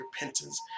repentance